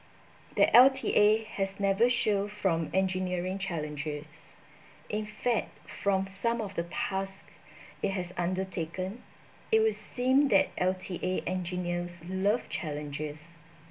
the L_T_A has never shield from engineering challenges in fact from some of the task it has undertaken it would seem that L_T_A engineers love challenges